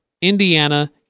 Indiana